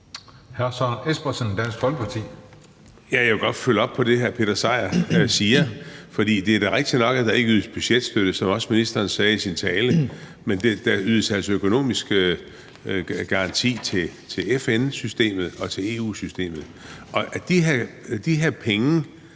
Søren Espersen (DF): Jeg vil godt følge op på det, hr. Peter Seier Christensen siger. Det er da rigtigt nok, at der ikke ydes budgetstøtte, som også ministeren sagde i sin tale, men der ydes altså økonomisk garanti til FN-systemet og til EU-systemet. De her penge,